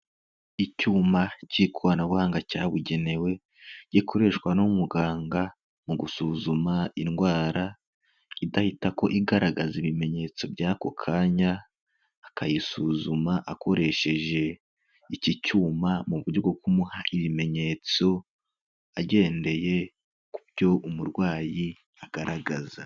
Icyuma cy'ikoranabuhanga cyabugenewe, gikoreshwa n'umuganga mu gusuzuma indwara idahitako igaragaza ibimenyetso by'ako kanya, akayisuzuma akoresheje iki cyuma mu buryo bwo kumuha ibimenyetso, agendeye ku byo umurwayi agaragaza.